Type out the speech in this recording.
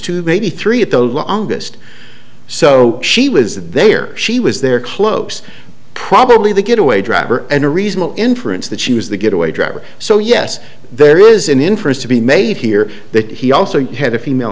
two maybe three at the longest so she was there she was there close probably the getaway driver and a reasonable inference that she was the get away driver so yes there is an inference to be made here that he also had a female